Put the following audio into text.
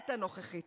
ואת הנוכחית